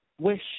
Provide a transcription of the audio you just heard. wish